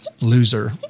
loser